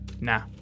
Nah